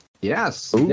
Yes